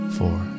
four